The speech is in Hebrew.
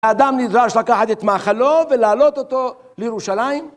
האדם נדרש לקחת את מאכלו ולהעלות אותו לירושלים?